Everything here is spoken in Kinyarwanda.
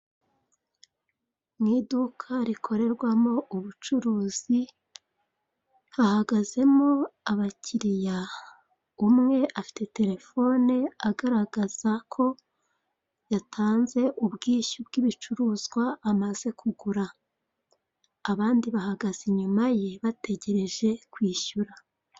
Ni iduka rikorerwamo ubucuruzi, hahagazemo abakiriya, umwe afite telefone, agaragaza ko yatanze ubwishyu bw'ibicuruzwa amaze kugura. Abandi bahagaze inyuma ye, bategereje kwishyura.